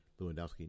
Lewandowski